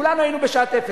כולנו היינו בשעת אפס.